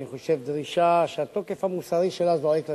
אני חושב שזו דרישה שהתוקף המוסרי שלה זועק לשמים.